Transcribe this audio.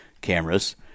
cameras